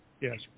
Yes